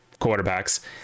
quarterbacks